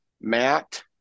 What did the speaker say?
Matt